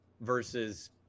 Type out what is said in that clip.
versus